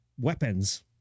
weapons